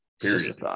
Period